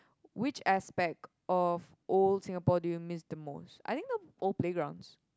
which aspect of old Singapore do you miss the most I think the old playgrounds